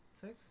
six